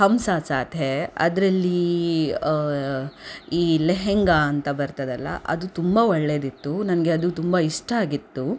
ಹಮ್ ಸಾಥ್ ಸಾಥ್ ಹೈ ಅದರಲ್ಲಿ ಈ ಲೆಹೆಂಗಾ ಅಂತ ಬರ್ತದಲ್ಲ ಅದು ತುಂಬ ಒಳ್ಳೆಯದಿತ್ತು ನನಗೆ ಅದು ತುಂಬ ಇಷ್ಟ ಆಗಿತ್ತು